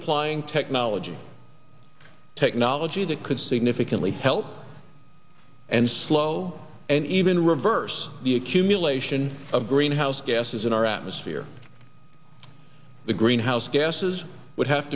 applying technology technology that could significantly help and slow and even reverse the accumulation of greenhouse gases in our atmosphere the greenhouse gases would have